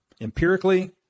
Empirically